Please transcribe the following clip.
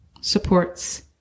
supports